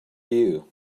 you